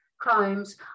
Crimes